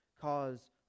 cause